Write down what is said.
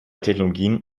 technologien